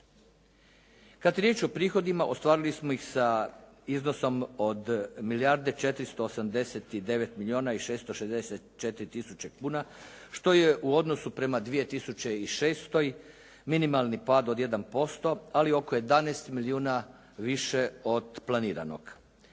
Kad je riječ o prihodima, ostvarili smo ih sa iznosom od milijarde 489 milijuna i 664 tisuće kuna, što je u odnosu prema 2006. minimalni pad od 1%, ali oko 11 milijuna više od planiranog.